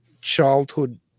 childhood